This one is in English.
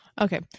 okay